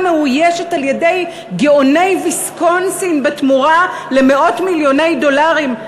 מאוישת על-ידי גאוני ויסקונסין בתמורה למאות מיליוני דולרים,